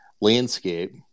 landscape